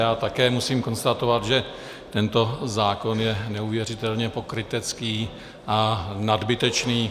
Já také musím konstatovat, že tento zákon je neuvěřitelně pokrytecký a nadbytečný.